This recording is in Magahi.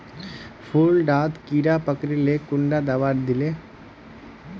फुल डात कीड़ा पकरिले कुंडा दाबा दीले?